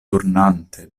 turnante